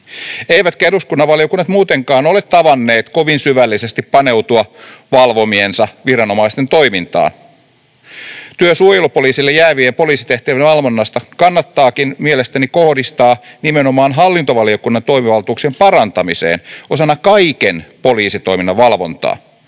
eivätkä eduskunnan valiokunnat muutenkaan ole tavanneet kovin syvällisesti paneutua valvomiensa viranomaisten toimintaan. Työ suojelupoliisille jäävien poliisitehtävien valvonnasta kannattaakin mielestäni kohdistaa nimenomaan hallintovaliokunnan toimivaltuuksien parantamiseen osana kaiken poliisitoiminnan valvontaa,